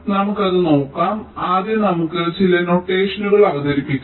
നമുക്ക് അത് നോക്കാം ആദ്യം നമുക്ക് ചില നൊട്ടേഷനുകൾ അവതരിപ്പിക്കാം